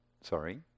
Sorry